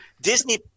Disney